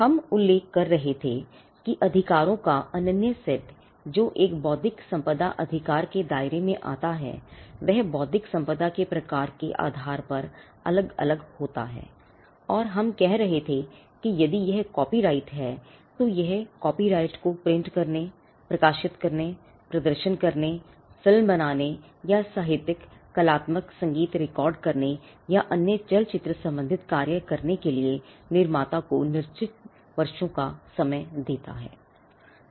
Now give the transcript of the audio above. हम उल्लेख कर रहे थे कि अधिकारों का अनन्य सेट जो एक बौद्धिक संपदा अधिकार के दायरे में आता है वह बौद्धिक संपदा के प्रकार के आधार पर अलग अलग होता है और हम कह रहे थे कि यदि यह कॉपीराइट है तो यह कॉपीराइट को प्रिंट करने प्रकाशित करने प्रदर्शन करने फिल्म बनाने या साहित्यिक कलात्मक संगीत रिकार्ड करने या अन्य चलचित्र सम्बंधित कार्य करने के लिए निर्माता को निश्चित वर्षों का समय देता है